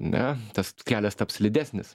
ne tas kelias taps slidesnis